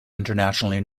internationally